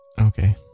Okay